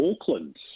Auckland